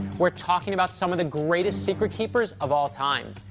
we're talking about some of the greatest secret-keepers of all time.